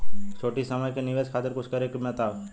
छोटी समय के निवेश खातिर कुछ करे के बारे मे बताव?